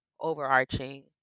overarching